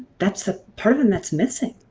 that's the part of them that's missing,